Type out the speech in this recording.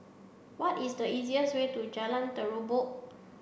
what is the easiest way to Jalan Terubok